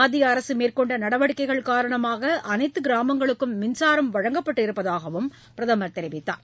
மத்திய அரசு மேற்கொண்ட நடவடிக்கைகள் காரணமாக அனைத்து கிராமங்களுக்கும் மின்சாரம் வழங்கப்பட்டு இருப்பதாகவும் அவர் தெரிவித்தார்